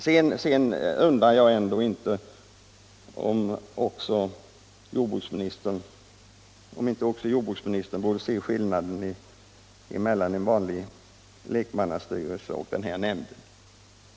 "Sedan undrar jag om inte också jordbruksministern borde se skillnaden mellan en vanlig lekmannastyrelse och denna nämnd.